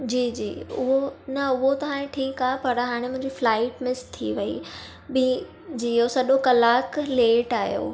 जी जी उहो न उहो त हाणे ठीक आहे पर हाणे मुंहिंजी फ्लाइट मिस थी वई ॿी जी सॾियो कलाकु लेट आयो